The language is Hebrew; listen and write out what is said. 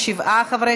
להעביר